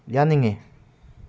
ꯌꯥꯅꯤꯡꯉꯤ